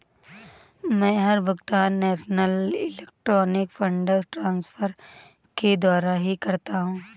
मै हर भुगतान national electronic funds transfer के द्वारा ही करता हूँ